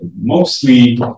mostly